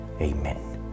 Amen